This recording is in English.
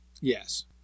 Yes